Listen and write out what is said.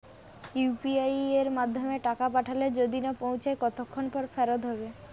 UPI য়ের মাধ্যমে টাকা পাঠালে যদি না পৌছায় কতক্ষন পর ফেরত হবে?